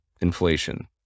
inflation